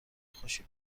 خوشی